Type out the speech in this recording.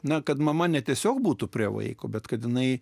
na kad mama ne tiesiog būtų prie vaiko bet kad jinai